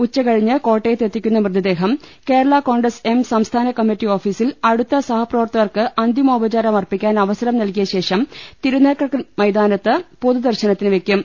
ഉച്ചകഴിഞ്ഞ് കോട്ട യത്ത് എത്തിക്കുന്ന മൃതദേഹം കേരള കോൺഗ്രസ് എം സംസ്ഥാനക്മ്മിറ്റി ഓഫീസിൽ അടുത്ത സഹപ്രവർത്തകർക്ക് അന്തിമോപചാര്ം അർപ്പിക്കാൻ അവസരം നൽകിയശേഷം തിരു നക്കര മൈതാനത്ത് പൊതുദർശനത്തിന് വെയ്ക്കും